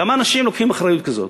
כמה אנשים לוקחים אחריות כזאת?